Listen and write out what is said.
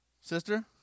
Sister